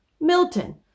Milton